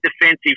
defensive